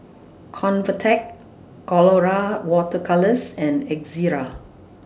Convatec Colora Water Colours and Ezerra